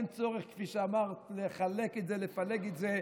אין צורך, כפי שאמרת, לחלק את זה, לפלג את זה.